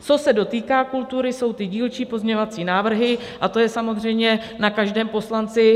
Co se dotýká kultury, jsou dílčí pozměňovací návrhy a to je samozřejmě na každém poslanci.